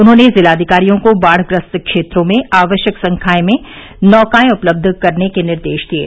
उन्होंने जिलाधिकारियों को बाढ़ग्रस्त क्षेत्रों में आवश्यक संख्या में नौकाएं उपलब्ध कराने के निर्देश दिये